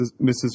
Mrs